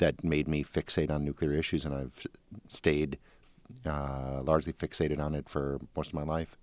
that made me fixate on nuclear issues and i've stayed largely fixated on it for most of my life